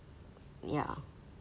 ya